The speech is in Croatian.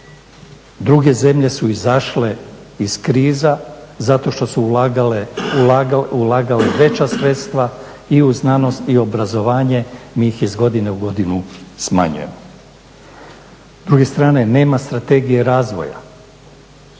Druge zemlje su izašle iz kriza zato što su ulagale veća sredstva i u znanost i u obrazovanje. Mi ih iz godine u godinu smanjujemo. S druge strane, nema strategije razvoja.